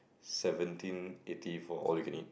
seventeen eighty for all you can eat